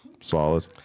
solid